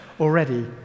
already